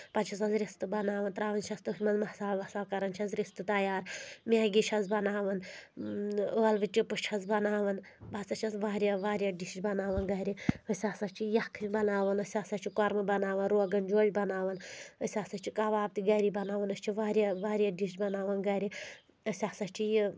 پَتہٕ چھےٚ سس رِستہٕ بناون تراوان چھَس تٔتھۍ منٛز مسالہٕ وَسالہٕ کران چھَس رِستہٕ تیار میگی چھَس بناوان ٲلوٕ چپٕس چھَس بناوان بہٕ ہسا چھَس واریاہ واریاہ ڈِش بناوان گرِ أسۍ ہسا چھِ یخھٕنۍ بناوان أسۍ ہسا چھِ کۄرنہٕ بناوان روگن جوش بناوان أسۍ ہسا چھِ کَباب تہِ گرِ بناوان أسۍ چھِ واریاہ واریاہ ڈِش بناوان گرِ أسۍ ہسا چھِ یہِ